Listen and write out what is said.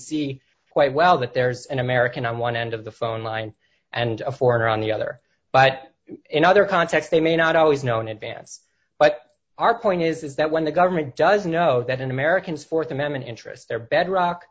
see quite well that there's an american on one end of the phone line and a foreigner on the other but in other context they may not always known advance but our point is that when the government does know that an american th amendment interest their bedrock